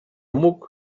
mógł